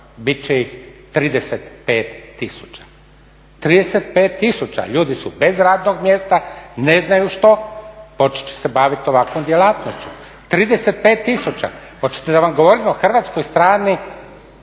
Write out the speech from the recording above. bit će ih 35 tisuća, 35 tisuća, ljudi su bez radnog mjesta, ne znaju što, počet će se baviti ovakvom djelatnošću, 35 tisuća. Hoćete da vam govorim o hrvatskoj strani